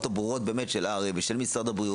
הברורות באמת של הר"י ושל משרד הבריאות.